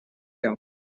round